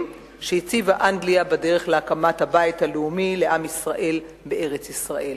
שהציבה אנגליה בדרך להקמת הבית הלאומי לעם ישראל בארץ-ישראל.